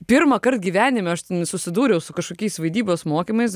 pirmąkart gyvenime aš ten susidūriau su kažkokiais vaidybos mokymais